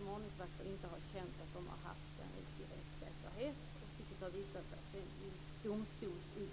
med ordningsvakter där enskilda inte har känt att de har haft riktig rättssäkerhet, vilket sedan har visat sig i domstolsutslag.